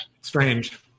Strange